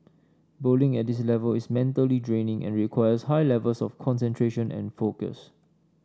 bowling at this level is mentally draining and requires high levels of concentration and focus